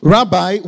Rabbi